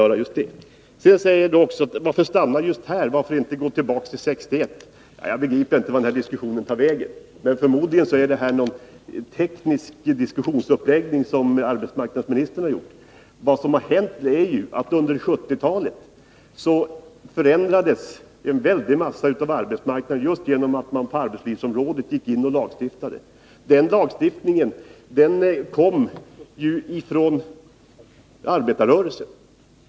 Arbetsmarknadsministern säger också: Varför stanna just här? Varför inte gå tillbaka till 1961? Ja, jag begriper inte vart den här diskussionen tar vägen. Men förmodligen är det någon teknisk diskussionsuppläggning som arbetsmarknadsministern har gjort. Vad som har hänt är ju att under 1970-talet förändrades en stor del av arbetsmarknaden genom att man gick in och lagstiftade på arbetslivsområdet. Den lagstiftningen kom ju från arbetarrörelsen.